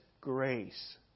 grace